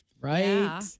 right